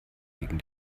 wegen